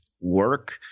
work